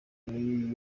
new